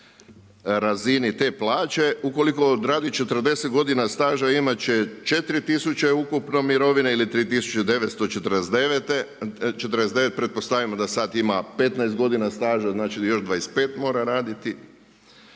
razini te plaće, ukoliko odradi 40 godina staža imat će 4000 ukupno mirovine ili 3949. Pretpostavimo da sad ima 15 godina staža, znači da još 25 mora raditi.